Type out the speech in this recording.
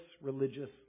religious